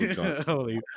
Holy